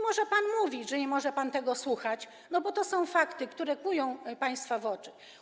Może pan mówić, że nie może pan tego słuchać, bo to są fakty, które kłują państwa w oczy.